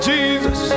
Jesus